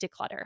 declutter